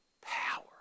Power